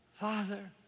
Father